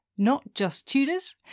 NotJustTudors